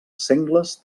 sengles